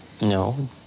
No